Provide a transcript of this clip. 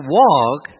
walk